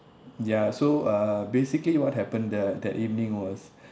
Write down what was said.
ya so uh basically what happened the that evening was